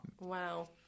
Wow